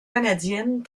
canadiennes